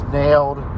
nailed